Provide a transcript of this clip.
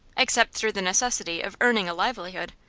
except through the necessity of earning a livelihood.